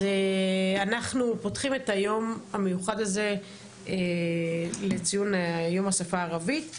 אז אנחנו פותחים את היום המיוחד הזה לציון יום השפה הערבית.